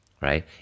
right